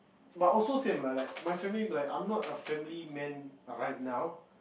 but also same like like my family be like I'm not a family man ah right now